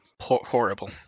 horrible